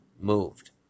moved